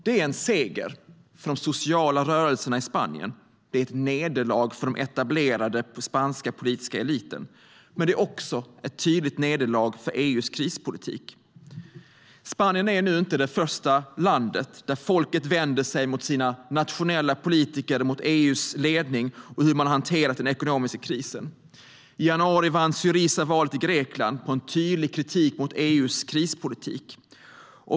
Det är en seger för de sociala rörelserna i Spanien, och det är ett nederlag för den etablerade spanska politiska eliten. Men det är också ett tydligt nederlag för EU:s krispolitik. Spanien är nu inte det första land där folket vänder sig mot sina nationella politiker, mot EU:s ledning och mot hur man har hanterat den ekonomiska krisen. I januari vann Syriza valet i Grekland på en tydlig kritik mot EU:s krispolitik.